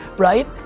right?